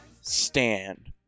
Stand